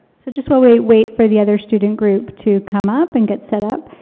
so just while we wait for the other student group to come up and get set up,